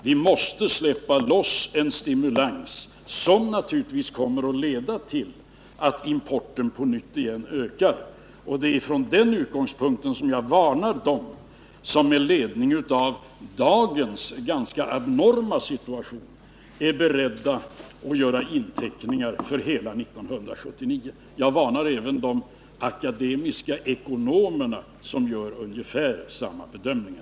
Vi måste släppa loss en stimulans som naturligtvis kommer att leda till att importen ökar på nytt. Det är från den utgångspunkten som jag varnar dem som med ledning av dagens ganska abnorma situation är beredda att göra inteckningar för hela 1979. Jag varnar även de akademiska ekonomerna, som gör ungefär samma bedömningar.